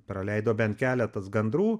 praleido bent keletas gandrų